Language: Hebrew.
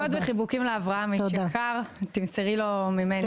נשיקות וחיבוקים לאברהם, איש יקר, תמסרי לו ממני.